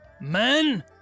Men